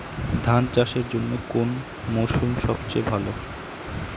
ধান চাষের জন্যে কোন মরশুম সবচেয়ে ভালো?